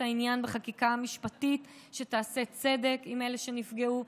העניין בחקיקה משפטית ,שתעשה צדק עם אלה שנפגעו.